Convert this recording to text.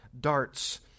darts